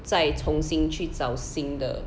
再重新去找新的